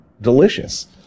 delicious